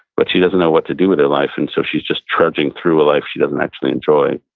but she doesn't know what to do with her life, and so she's just trudging through a life she doesn't actually enjoy,